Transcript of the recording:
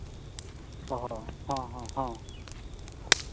ᱚᱻ ᱦᱚᱸ ᱦᱚᱸ ᱦᱚᱸ ᱦᱚᱸ